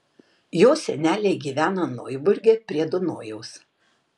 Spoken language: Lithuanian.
jo seneliai gyvena noiburge prie dunojaus